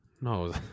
No